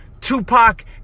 Tupac